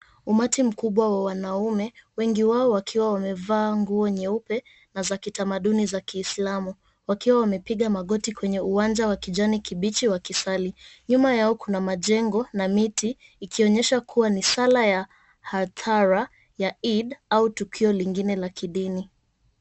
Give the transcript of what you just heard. Umati mkubwa wa wanaume, wengi wao wakiwa wamevaa nguo nyeupe na za kitamaduni za kiislamu wakiwa wamepiga magoti kwenye uwanja wa kijani kibichi wakisali, nyuma yao kuna majengo na miti ikionyesha kuwa ni sala ya hadhara ya Eid au tukio lingine la kidini.